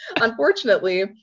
Unfortunately